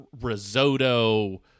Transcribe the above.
risotto